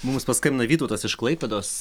mums paskambino vytautas iš klaipėdos